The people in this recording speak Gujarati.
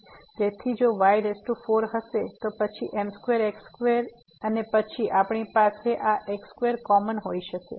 તેથી જો y4 હશે તો પછી m2x2 અને પછી આપણી પાસે આ x2 કોમન હોઈ શકે